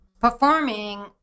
performing